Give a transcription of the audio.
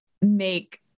make